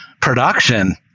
production